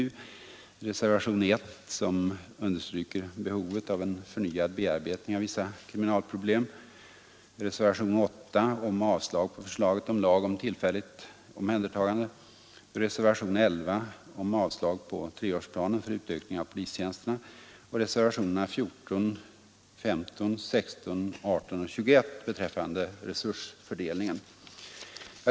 De är reservationen 1, som understryker behovet av en förnyad bearbetning av vissa kriminalproblem, reservationen 8 om avslag på förslaget till lag om tillfälligt omhändertagande, reservationen 11 om avslag på treårsplanen för utökning av polistjänsterna samt reservationerna 14, 15, 16, 18 och 21 beträffande resursfördelningen.